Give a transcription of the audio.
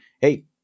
hey